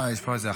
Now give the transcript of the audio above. לא, יש פה החלפה.